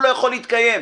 לא, אל תתלהב.